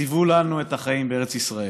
ציוו לנו את החיים בארץ ישראל,